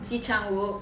ji chang wook